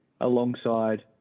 alongside